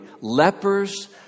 Lepers